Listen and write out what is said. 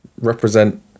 Represent